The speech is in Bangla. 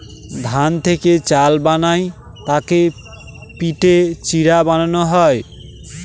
ধান থেকে চাল বানায় তাকে পিটে চিড়া বানানো হয়